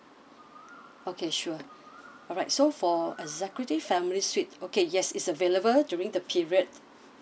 okay sure alright so for executive family suite okay yes it's available during the period